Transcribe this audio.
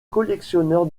collectionneur